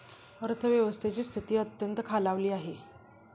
अर्थव्यवस्थेची स्थिती अत्यंत खालावली आहे